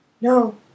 No